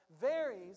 varies